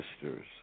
sisters